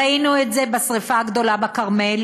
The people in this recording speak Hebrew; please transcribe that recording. ראינו את זה בשרפה הגדולה בכרמל.